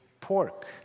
pork